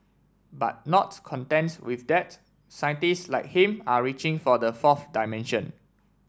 but nots contents with that scientist like him are reaching for the fourth dimension